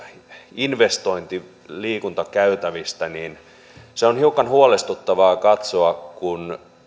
investointiliikuntakäytävistä se on hiukan huolestuttavaa katsoa kun